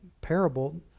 parable